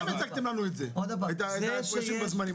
אתם הצגתם לנו את זה, את ההפרשים בזמנים.